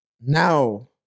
now